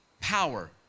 power